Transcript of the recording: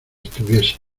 estuviese